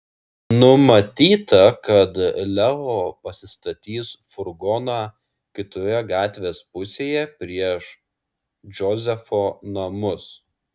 numatyta kad leo pasistatys furgoną kitoje gatvės pusėje prieš džozefo namus